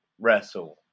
wrestle